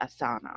Asana